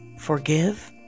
Forgive